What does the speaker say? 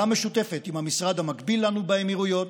משותפת עם המשרד המקביל לנו באמירויות.